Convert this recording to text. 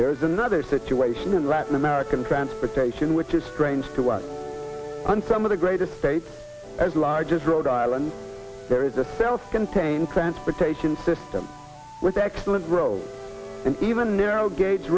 there is another situation in latin american transportation which is strange to us and some of the greatest states as large as rhode island there is a self contained transportation system with excellent road and even narrow gauge